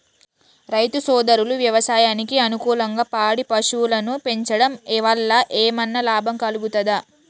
రైతు సోదరులు వ్యవసాయానికి అనుకూలంగా పాడి పశువులను పెంచడం వల్ల ఏమన్నా లాభం కలుగుతదా?